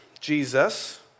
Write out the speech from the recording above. Jesus